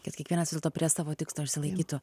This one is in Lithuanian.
kad kiekvienas prie savo tikslo užsilaikytų